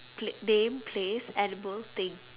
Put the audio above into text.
pla~ name place edible thing